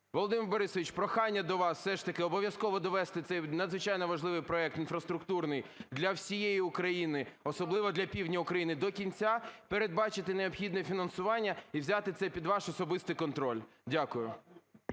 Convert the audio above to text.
Володимир Борисович, прохання до вас, все ж таки обов'язково довести цей надзвичайно важливий проект інфраструктурний для всієї України, особливо для півдня України до кінця, передбачити необхідне фінансування і взяти це під ваш особистий контроль. Дякую.